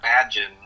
imagine